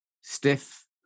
stiff